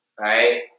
right